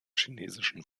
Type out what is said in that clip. chinesischen